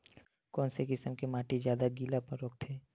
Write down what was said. कोन से किसम के माटी ज्यादा गीलापन रोकथे?